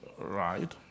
Right